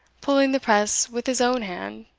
pulling the press with his own hand,